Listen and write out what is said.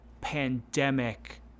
pandemic